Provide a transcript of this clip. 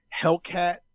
Hellcat